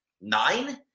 nine